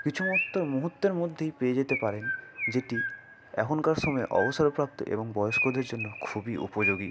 কিছু মাত্র মুহুর্তের মধ্যেই পেয়ে যেতে পারেন যেটি এখনকার সময় অবসরপ্রাপ্ত এবং বয়স্কদের জন্য খুবই উপযোগী